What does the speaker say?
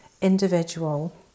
individual